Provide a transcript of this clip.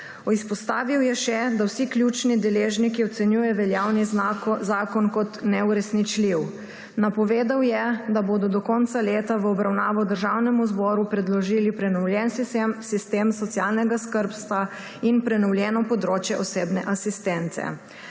Izpostavil je še, da vsi ključni deležniki ocenjujejo veljavni zakon kot neuresničljiv. Napovedal je, da bodo do konca leta v obravnavo Državnemu zboru predložili prenovljeni sistem socialnega skrbstva in prenovljeno področje osebne asistence.